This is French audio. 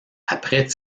après